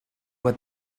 what